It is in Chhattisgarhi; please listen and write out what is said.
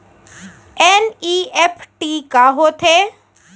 एन.ई.एफ.टी का होथे?